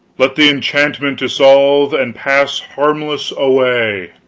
let the enchantment dissolve and pass harmless away!